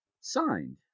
signed